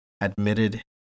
admitted